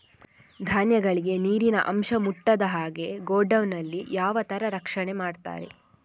ಧಾನ್ಯಗಳಿಗೆ ನೀರಿನ ಅಂಶ ಮುಟ್ಟದ ಹಾಗೆ ಗೋಡೌನ್ ನಲ್ಲಿ ಯಾವ ತರ ರಕ್ಷಣೆ ಮಾಡ್ತಾರೆ?